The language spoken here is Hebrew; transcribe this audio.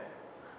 כן.